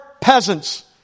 peasants